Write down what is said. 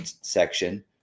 section